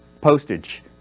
Postage